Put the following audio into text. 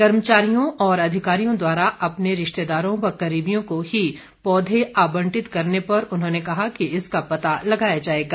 कर्मचारियों और अधिकारीयों द्वारा अपने रिश्तेदारों व करीबियों को ही पौधे आवंटित करने पर उन्होंने कहा कि इसका पता लगाया जाएगा